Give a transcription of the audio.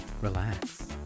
relax